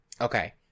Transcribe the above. okay